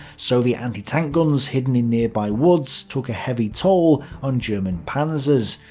soviet anti-tank guns hidden in nearby woods took a heavy toll on german panzers.